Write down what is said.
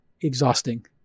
exhausting